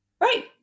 Right